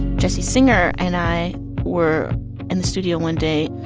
jesse singer and i were in the studio one day